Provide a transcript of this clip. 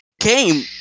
came